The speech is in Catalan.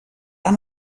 han